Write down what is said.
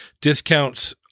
discounts